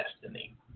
destiny